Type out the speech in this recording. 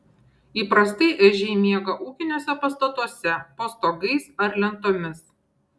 įprastai ežiai miega ūkiniuose pastatuose po stogais ar lentomis